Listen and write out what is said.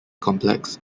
complex